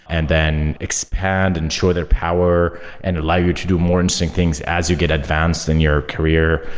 and then expand and show their power and allow you to do more interesting things as you get advanced in your career.